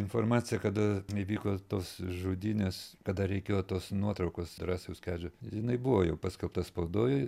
informacija kada įvyko tos žudynės kada reikėjo tos nuotraukos drąsiaus kedžio jinai buvo jau paskelbta spaudoj